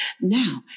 Now